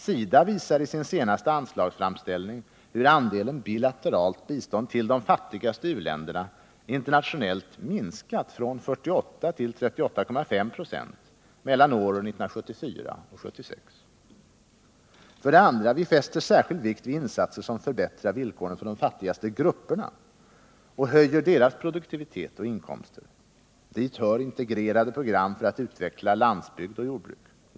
SIDA visar i sin senaste anslagsframställning hur andelen bilateralt bistånd till de fattigaste u-länderna internationellt minskat från 48 till 38,5 926 mellan åren 1974 och 1976. Vi fäster särskild vikt vid insatser som förbättrar villkoren för de fattigaste grupperna och höjer deras produktivitet och inkomster. Dit hör integrerade program för att utveckla landsbygd och jordbruk.